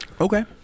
Okay